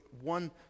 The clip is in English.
one